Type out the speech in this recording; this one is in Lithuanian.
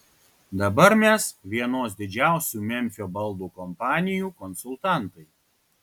dabar mes vienos didžiausių memfio baldų kompanijų konsultantai